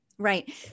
Right